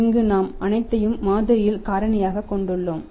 இங்கு நாம் அனைத்தையும் மாதிரியில் காரணியாகக் கொண்டுள்ளோம்